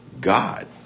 God